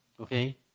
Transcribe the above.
Okay